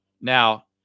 Now